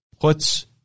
puts